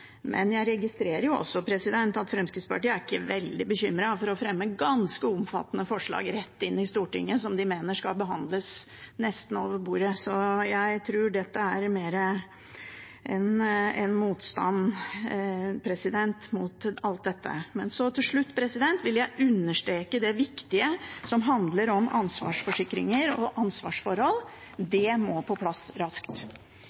Jeg registrerer at Fremskrittspartiet ikke er veldig bekymret for å fremme ganske omfattende forslag rett inn i Stortinget, som de mener skal behandles nesten over bordet, så jeg tror dette handler mer om en motstand mot alt dette. Til slutt vil jeg understreke det viktige som handler om ansvarsforsikringer og ansvarsforhold.